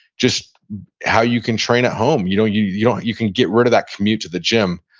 just how you can train at home. you know you yeah you can get rid of that commute to the gym.